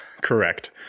Correct